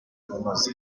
binoze